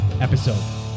episode